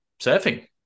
surfing